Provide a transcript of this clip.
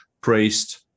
praised